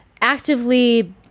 actively